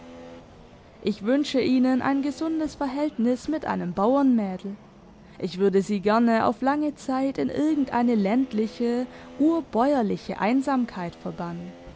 ich wünsche ihnen ein gesundes verhältnis mit einem bauernmädel ich würde sie gerne auf lange zeit in irgend eine ländliche urbäuerliche einsamkeit verbannen